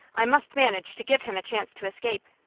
i must manage to give him a chance to escape.